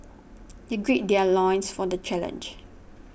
they gird their loins for the challenge